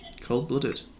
Cold-blooded